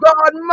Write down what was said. God